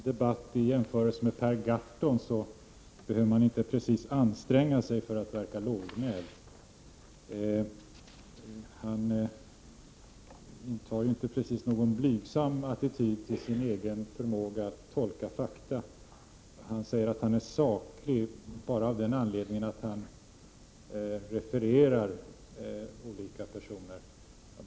Herr talman! I en debatt behöver man inte precis anstränga sig för att verka lågmäld i jämförelse med Per Gahrton. Han intar sannerligen inte någon blygsam attityd till sin egen förmåga att tolka fakta. Han säger bara på den grunden att han refererar till olika personer att han är saklig.